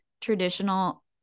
traditional